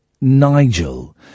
nigel